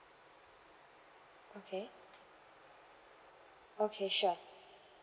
okay okay sure